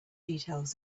details